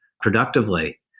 productively